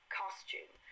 costume